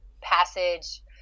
passage